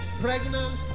pregnant